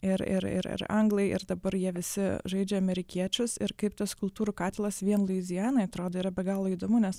ir ir ir anglai ir dabar jie visi žaidžia amerikiečius ir kaip tas kultūrų katilas vien luizianoj atrodo yra be galo įdomu nes